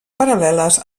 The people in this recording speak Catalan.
paral·leles